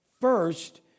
First